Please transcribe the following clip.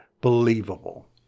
believable